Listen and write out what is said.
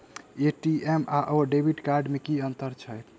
ATM आओर debit card मे की अंतर छैक?